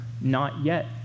not-yet